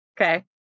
Okay